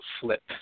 flip